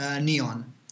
neon